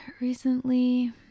recently